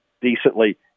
decently